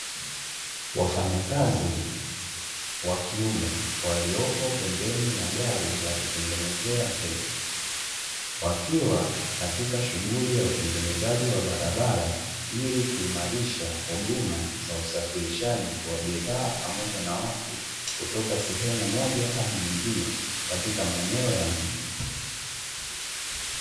Wafanyakazi wa kiume waliopo pembeni ya gari la kutengenezea zege, wakiwa katika shughuli ya utengenezaji wa barabara ili kuimarisha huduma za usafirishaji wa bidhaa pamoja na watu, kutoka sehemu moja hadi nyingine katika maeneo ya mji.